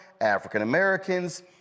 African-Americans